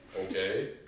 okay